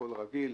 הכל היה רגיל.